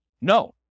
No